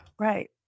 Right